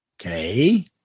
okay